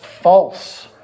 false